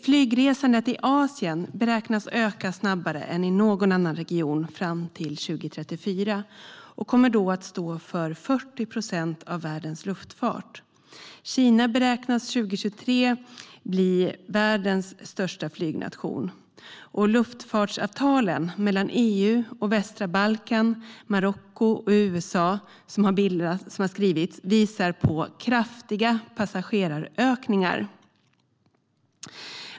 Flygresandet i Asien beräknas öka snabbare än i någon annan region fram till 2034 och kommer då att stå för 40 procent av världens luftfart. Kina beräknas 2023 bli världens största flygnation. De luftfartsavtal som har skrivits mellan EU och västra Balkan, Marocko och USA visar på kraftiga passagerarökningar.